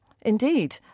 Indeed